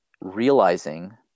realizing